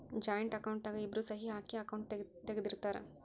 joint account ದಾಗ ಇಬ್ರು ಸಹಿ ಹಾಕಿ ಅಕೌಂಟ್ ತೆಗ್ದಿರ್ತರ್